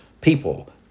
people